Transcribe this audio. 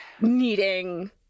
needing